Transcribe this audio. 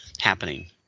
happening